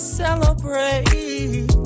celebrate